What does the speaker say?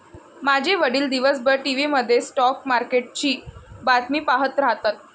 माझे वडील दिवसभर टीव्ही मध्ये स्टॉक मार्केटची बातमी पाहत राहतात